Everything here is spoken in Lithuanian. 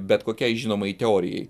bet kokiai žinomai teorijai